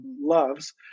loves